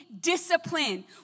Discipline